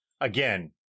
Again